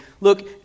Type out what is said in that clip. Look